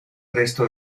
resto